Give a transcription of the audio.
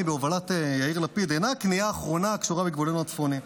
בהובלת יאיר לפיד אינה הכניעה האחרונה הקשורה בגבולנו הצפוני.